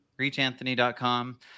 ReachAnthony.com